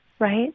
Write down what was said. right